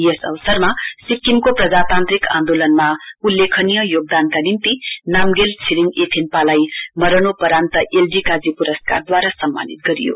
यस अवसरमा सिक्किमको प्रजातान्त्रिक आन्दोलनमा उल्लेखनीय योगदान निम्ति नाम्गेल छिरिङ इथेन्पालाई मरणोपरान्त एल डी काजी पुरस्कारदूवारा सम्मानित गरियो